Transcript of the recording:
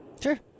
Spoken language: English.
Sure